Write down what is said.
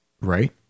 right